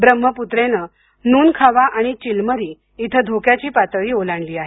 ब्रह्मपुत्रेनं नुनखावा आणि चिलमरी इथं धोक्याची पातळी ओलांडली आहे